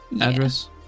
address